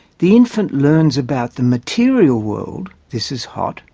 the infant learns about the material world this is hot,